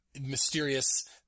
mysterious